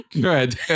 Good